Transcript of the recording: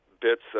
bits